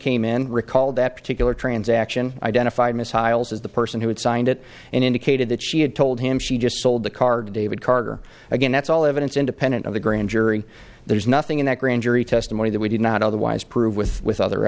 came in recalled that particular transaction identified ms hiles as the person who had signed it and indicated that she had told him she just sold the card to david karger again that's all the evidence independent of the grand jury there's nothing in that grand jury testimony that we did not otherwise prove with with other